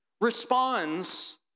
responds